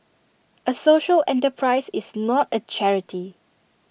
A social enterprise is not A charity